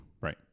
Right